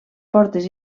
portes